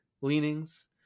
leanings